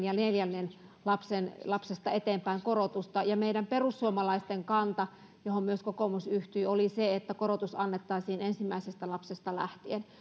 ja neljännestä lapsesta eteenpäin ja meidän perussuomalaisten kanta johon myös kokoomus yhtyy oli se että korotus annettaisiin ensimmäisestä lapsesta lähtien